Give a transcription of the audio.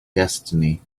destiny